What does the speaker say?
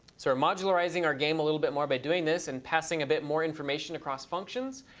so we're modularizing our game a little bit more by doing this and passing a bit more information across functions,